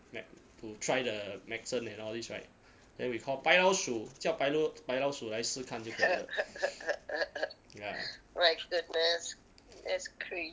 med~ to try the medicine and all these [right] then we call 白老鼠叫白白老鼠来试看就可以了 ya